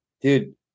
Dude